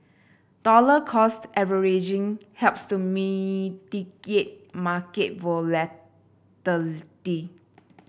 dollar cost averaging helps to mitigate market volatility